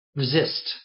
resist